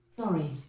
Sorry